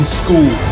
school